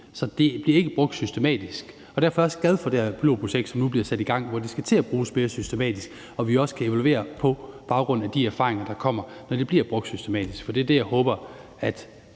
Så det bliver ikke brugt systematisk. Derfor er jeg også glad for det her pilotprojekt, som nu bliver sat i gang, hvor de skal til at bruges mere systematisk, og vi også kan evaluere på baggrund af de erfaringer, der kommer, når det bliver brugt systematisk. For det er det, jeg håber at